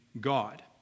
God